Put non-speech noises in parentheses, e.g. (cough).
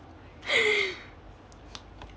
(breath)